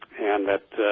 and that ah.